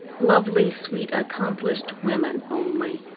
lovely, sweet, accomplished women only.